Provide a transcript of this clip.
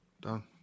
Done